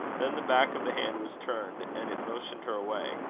then the back of the hand was turned, and it motioned her away,